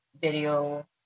video